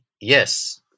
yes